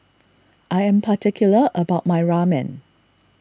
I am particular about my Ramen